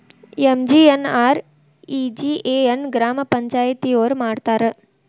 MGNREGA ನ ಗ್ರಾಮ ಪಂಚಾಯತಿಯೊರ ಮಾಡ್ತಾರಾ?